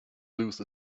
lose